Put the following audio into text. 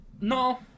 No